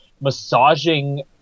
massaging